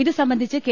ഇതുസംബന്ധിച്ച് കെ